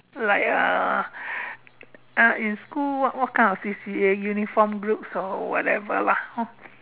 like uh uh in school what what kind of C_C_A uniform groups or whatever lah hor